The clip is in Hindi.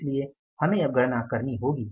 इसलिए हमें अब गणना करनी होगी